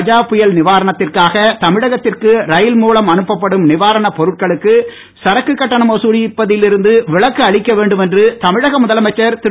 கஜா புயல் நிவாரணத்திற்காக தமிழகத்திற்கு ரயில் மூலம் அனுப்ப படும் நிவாரணப் பொருட்களுக்கு சரக்கு கட்டணம் வசூலிப்பதில் இருந்து விலக்கு அளிக்க வேண்டும் என்று தமிழக முதலமைச்சர் திரு